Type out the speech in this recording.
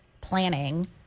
planning